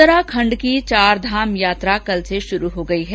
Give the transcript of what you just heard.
उत्तराखंड की चारधाम यात्रा कल से शुरू हो गई है